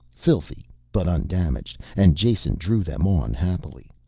filthy but undamaged, and jason drew them on happily.